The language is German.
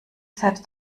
selbst